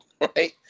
Right